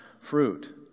fruit